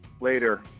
later